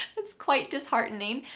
that's quite disheartening.